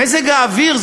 מזג האוויר,